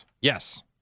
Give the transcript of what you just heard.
Yes